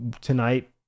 tonight